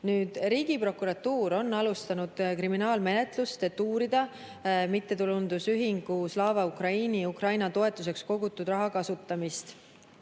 Riigiprokuratuur on alustanud kriminaalmenetlust, et uurida mittetulundusühingu Slava Ukraini poolt Ukraina toetuseks kogutud raha kasutamist